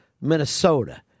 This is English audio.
Minnesota